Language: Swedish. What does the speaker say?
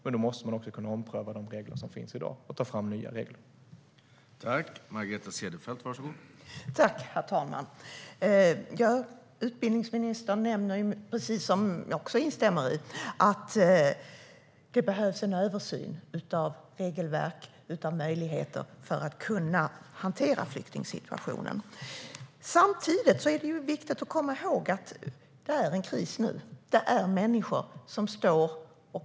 Men då måste de regler som finns i dag kunna omprövas och nya regler tas fram.